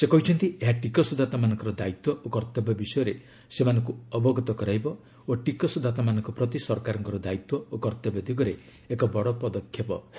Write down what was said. ସେ କହିଛନ୍ତି ଏହା ଟିକସଦାତାମାନଙ୍କର ଦାୟିତ୍ୱ ଓ କର୍ତ୍ତବ୍ୟ ବିଷୟରେ ସେମାନଙ୍କୁ ଅବଗତ କରାଇବ ଓ ଟିକସଦାତାମାନଙ୍କ ପ୍ରତି ସରକାରଙ୍କର ଦାୟିତ୍ୱ ଓ କର୍ଭବ୍ୟ ଦିଗରେ ଏକ ବଡ଼ ପଦକ୍ଷେପ ହେବ